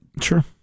Sure